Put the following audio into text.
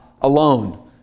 alone